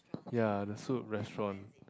ya the Soup Restaurant